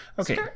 Okay